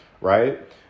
right